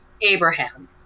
abraham